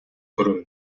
көрөм